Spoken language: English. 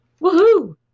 Woohoo